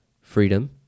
freedom